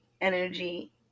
energy